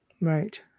Right